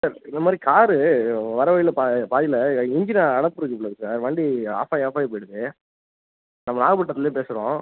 sir இது மாதிரி car வர்ற வழியில் பாதியில் இன்ஜின் அடைப்பு இருக்கு போலயிருக்கு சார் வண்டி ஆஃப் ஆகி ஆஃப் ஆகி போய்டுது நாங்கள் நாகப்பட்டினத்துலேருந்து பேசுகிறோம்